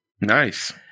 Nice